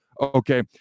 Okay